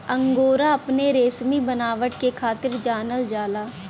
angora अपने रेसमी बनावट के खातिर जानल जाला